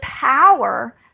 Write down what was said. power